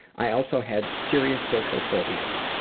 i also had serious social phobias.